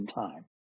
time